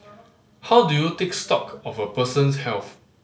how do you take stock of a person's health